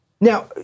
Now